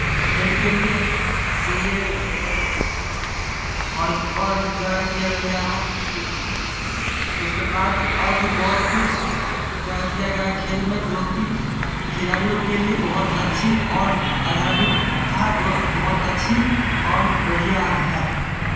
had के लिए के लिए और और ज्यादा किया गया है उस उस के बाद और भी बहुत कुछ क किया गया है जो कि खेल में खिलाडियों के लिए बहुत अच्छी और अद्भुत था जो बहुत अच्छी और बढ़िया है